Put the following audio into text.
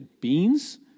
beans